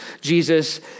Jesus